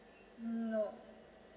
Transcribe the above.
no